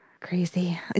Crazy